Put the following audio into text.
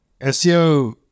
SEO